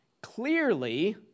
clearly